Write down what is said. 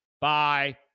Bye